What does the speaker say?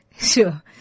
Sure